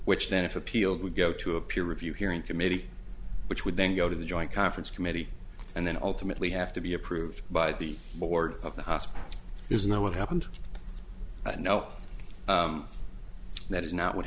which then if appealed would go to a peer review hearing committee which would then go to the joint conference committee and then ultimately have to be approved by the board of the house isn't that what happened and no that is not what